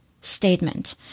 statement